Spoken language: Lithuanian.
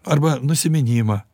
arba nusiminimą